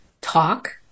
talk